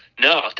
no